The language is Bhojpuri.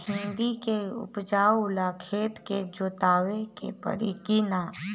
भिंदी के उपजाव ला खेत के जोतावे के परी कि ना?